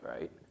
right